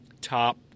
top